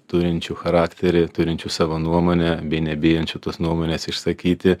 turinčių charakterį turinčių savo nuomonę bei nebijančių tos nuomonės išsakyti